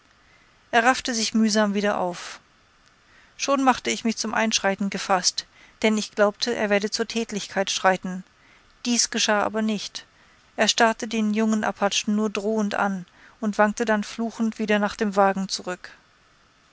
er raffte sich mühsam wieder auf schon machte ich mich zum einschreiten gefaßt denn ich glaubte er werde zur tätlichkeit schreiten dies geschah aber nicht er starrte den jungen apachen nur drohend an und wankte dann fluchend wieder nach dem wagen zurück